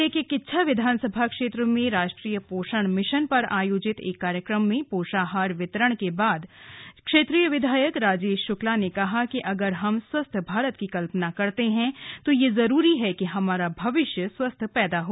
जिले के किच्छा विधानसभा क्षेत्र में राष्ट्रीय पोषण मिशन पर आयोजित एक कार्यक्रम में पोषाहार वितरण के बाद क्षेत्रीय विधायक राजेश शुक्ला ने कहा की अगर हम स्वस्थ भारत की कल्पना करते है तो यह जरूरी है की हमारा भविष्य स्वस्थ पैदा हो